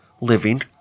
living